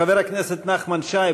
חבר הכנסת נחמן שי,